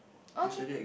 okay